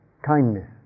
Kindness